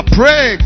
pray